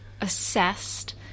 assessed